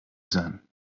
sein